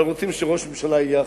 אבל רוצים שראש הממשלה יהיה אחר,